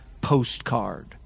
postcard